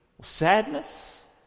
sadness